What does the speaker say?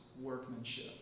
workmanship